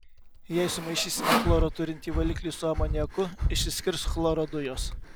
jei sumaišysime chloro turintį valiklį su amoniaku išsiskirs chloro dujos